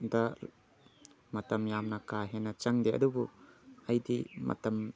ꯗ ꯃꯇꯝ ꯌꯥꯝꯅ ꯀꯥꯍꯦꯟꯅ ꯆꯪꯗꯦ ꯑꯗꯨꯕꯨ ꯑꯩꯗꯤ ꯃꯇꯝ